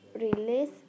release